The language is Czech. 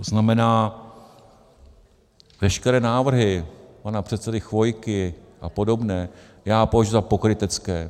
To znamená, veškeré návrhy pana předsedy Chvojky a podobné já považuji za pokrytecké.